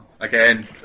again